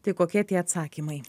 tai kokie tie atsakymai